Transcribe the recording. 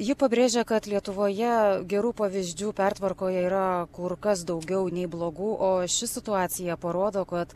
ji pabrėžė kad lietuvoje gerų pavyzdžių pertvarkoje yra kur kas daugiau nei blogų o ši situacija parodo kad